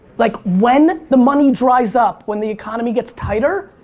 like, when the money dries up, when the economy gets tighter,